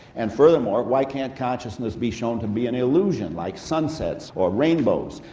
and furthermore, why can't consciousness be shown to be an illusion like sunsets, or rainbows?